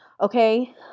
okay